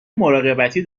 مراقبتی